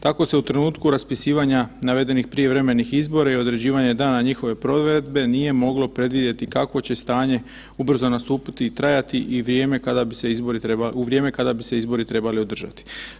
Tako se u trenutku raspisivanja navedenih prijevremenih izbora i određivanja dana njihove provedbe nije moglo predvidjeti kakvo će stanje ubrzo nastupiti i trajati i vrijeme kada bi se izbori, u vrijeme kada bi se izbori trebali održati.